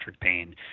pain